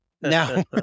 Now